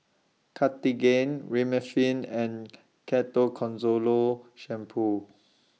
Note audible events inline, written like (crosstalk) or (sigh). Cartigain Remifemin and (unintelligible) Shampoo